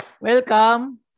Welcome